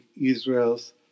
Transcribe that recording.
Israel's